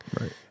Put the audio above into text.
Right